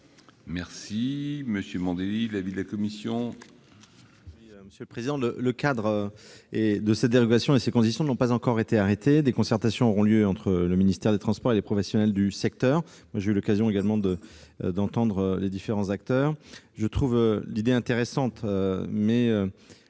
juste possible. Quel est l'avis de la commission ? Le cadre de cette dérogation et ses conditions n'ont pas encore été arrêtés. Des concertations auront lieu entre le ministère des transports et les professionnels du secteur. J'ai eu l'occasion d'entendre les différents acteurs. Je trouve l'idée intéressante, mais